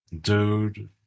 dude